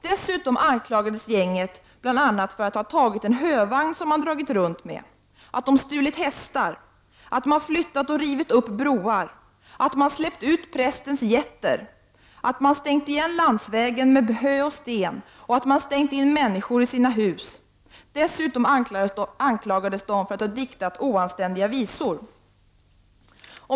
Dessutom anklagades gänget bl.a. för att ha tagit en hövagn som man hade dragit runt med, att ha stulit hästar, att man flyttat och rivit upp broar, att man släppt ut prästens getter, att man stängt av landsvägen med hö och stenar samt att man stängt in människor i deras hus. Vidare anklagades ligan för att ha diktat oanständiga visor.